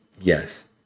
yes